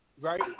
Right